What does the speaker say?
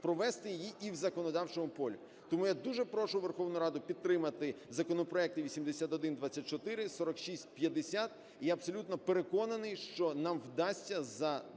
провести її і в законодавчому полі. Тому я дуже прошу Верховну Раду підтримати законопроекти 8124, 4650, і я абсолютно переконаний, що нам вдасться за два-три